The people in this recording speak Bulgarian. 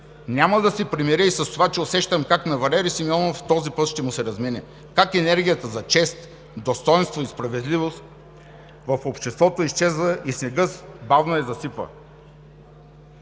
Няма да се примиря и с това, че усещам как на Валери Симеонов този път ще му се размине, как енергията за чест, достойнство и справедливост в обществото изчезва и снегът бавно я засипва.